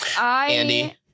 Andy